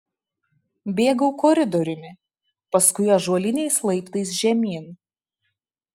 bėgau koridoriumi paskui ąžuoliniais laiptais žemyn